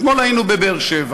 אתמול היינו בבאר-שבע,